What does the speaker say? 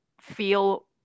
feel